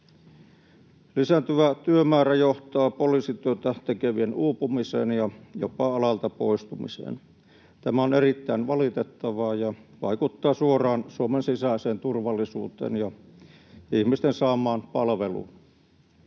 Lisääntyvä työmäärä johtaa poliisityötä tekevien uupumiseen ja jopa alalta poistumiseen. Tämä on erittäin valitettavaa ja vaikuttaa suoraan Suomen sisäiseen turvallisuuteen ja ihmisten saamaan palveluun.